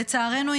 לצערנו,